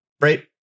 right